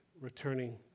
returning